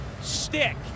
stick